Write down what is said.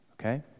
okay